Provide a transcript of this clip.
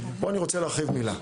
פה אני רוצה להרחיב במילה.